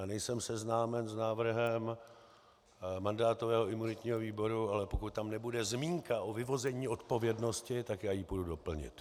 Nejsem seznámen s návrhem mandátového a imunitního výboru, ale pokud tam nebude zmínka o vyvození odpovědnosti, tak ji půjdu doplnit.